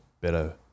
better